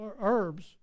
herbs